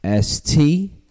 St